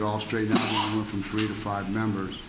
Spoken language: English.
it all straight from three to five members